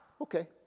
okay